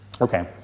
Okay